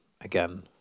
again